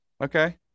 Okay